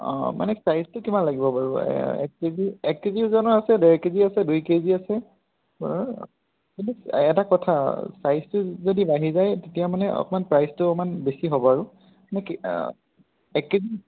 অঁ মানে চাইজটো কিমান লাগিব বাৰু এক কেজি এক কেজি ওজনৰ আছে ডেৰ কেজি আছে দুই কেজি আছে বাৰু কিন্তু এটা কথা চাইজটো যদি বাঢ়ি যায় তেতিয়া মানে অকণমান প্ৰাইচটো অলপ বেছি হ'ব আৰু এক কেজি